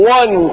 one